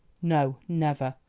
no, never!